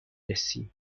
رسیم